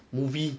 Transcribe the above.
movie